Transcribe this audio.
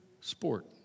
sport